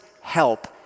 help